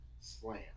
Slam